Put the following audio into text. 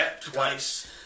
twice